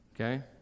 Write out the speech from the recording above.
Okay